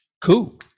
Cool